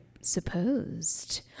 supposed